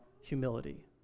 humility